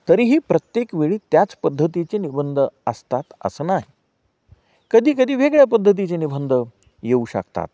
तरीही प्रत्येक वेळी त्याच पद्धतीचे निबंध असतात असं नाही कधीकधी वेगळ्या पद्धतीचे निबंध येऊ शकतात